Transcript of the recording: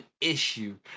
issue